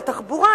התחבורה,